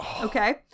okay